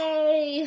Yay